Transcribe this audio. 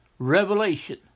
Revelation